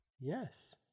Yes